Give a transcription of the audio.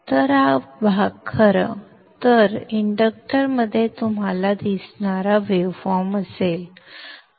तर हा भाग खरं तर इंडक्टरमध्ये तुम्हाला दिसणारा वेव्हफॉर्म असेल